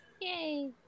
Yay